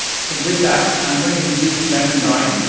so with that, i'm going to introduce ben and brian.